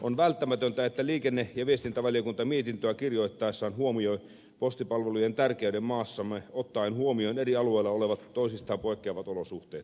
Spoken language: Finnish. on välttämätöntä että liikenne ja viestintävaliokunta mietintöä kirjoittaessaan huomioi postipalvelujen tärkeyden maassamme ottaen huomioon eri alueilla olevat toisistaan poikkeavat olosuhteet